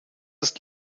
ist